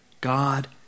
God